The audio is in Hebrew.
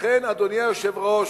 לכן, אדוני היושב-ראש,